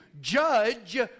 judge